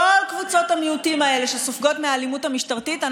כל קבוצות המיעוטים האלה שסופגות אלימות משטרתית,